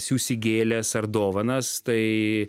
siųsi gėles ar dovanas tai